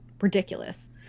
ridiculous